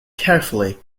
carefully